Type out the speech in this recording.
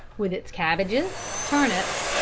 with its cabbages, turnips,